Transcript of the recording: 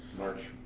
march.